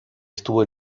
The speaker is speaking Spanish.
estuvo